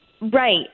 Right